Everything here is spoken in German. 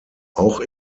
auch